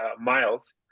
Miles